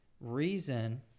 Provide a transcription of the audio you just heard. reason